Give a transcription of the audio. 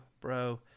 bro